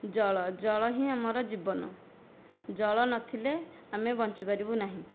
ଜଳ ଜଳ ହିଁ ଆମର ଜୀବନ ଜଳ ନ ଥିଲେ ଆମେ ବଞ୍ଚିପାରିବୁ ନାହିଁ